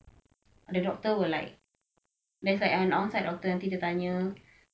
the doctor will like there's an on site doctor nanti dia tanya